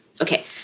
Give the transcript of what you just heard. okay